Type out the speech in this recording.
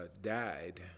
died